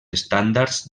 estàndards